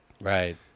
Right